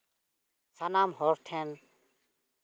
ᱥᱟᱱᱟᱢ ᱦᱚᱲ ᱴᱷᱮᱱ